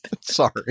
sorry